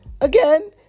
Again